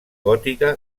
gòtica